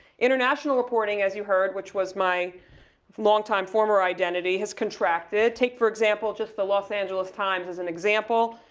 international reporting as you heard, which was my long time former identity as contracted. take for example, just the los angeles time as an example.